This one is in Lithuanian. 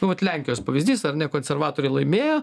nu vat lenkijos pavyzdys ar ne konservatoriai laimėjo